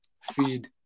feed